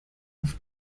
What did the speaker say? auf